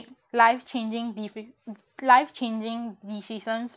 life changing beefi~ life changing decisions